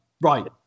Right